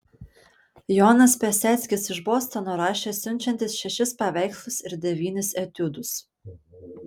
jonas piaseckis iš bostono rašė siunčiantis šešis paveikslus ir devynis etiudus